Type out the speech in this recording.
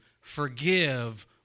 Forgive